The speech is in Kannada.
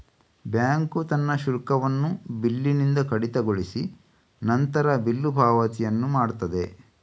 ಬ್ಯಾಂಕು ತನ್ನ ಶುಲ್ಕವನ್ನ ಬಿಲ್ಲಿನಿಂದ ಕಡಿತಗೊಳಿಸಿ ನಂತರ ಬಿಲ್ಲು ಪಾವತಿಯನ್ನ ಮಾಡ್ತದೆ